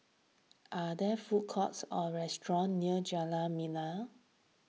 are there food courts or restaurants near Jalan Membina